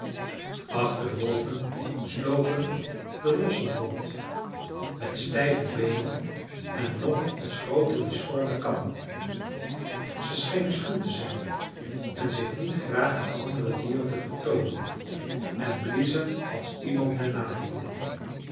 achter de wolven slopen de lossen rond met stijve beenen en lomp als groote misvormde katten ze schenen schuw te zijn en zich niet graag aan de andere dieren te vertoonen en bliezen als iemand hen naderde